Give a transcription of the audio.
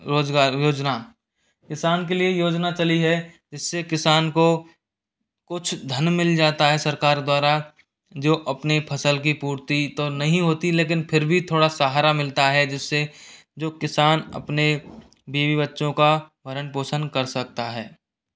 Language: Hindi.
रोजगार योजना किसान के लिए योजना चली है जिससे किसान को कुछ धन मिल जाता है सरकार द्वारा जो अपनी फसल की पूर्ति तो नहीं होती लेकिन फिर भी थोड़ा सहारा मिलता है जिससे जो किसान अपने बीवी बच्चों का भरण पोषण कर सकता है